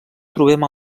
trobem